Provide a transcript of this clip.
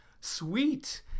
sweet